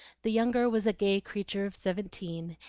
the younger was a gay creature of seventeen,